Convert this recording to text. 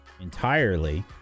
entirely